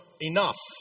enough